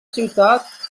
ciutat